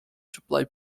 supply